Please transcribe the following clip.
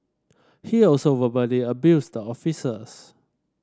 he also verbally abused the officers